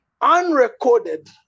Unrecorded